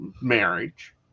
marriage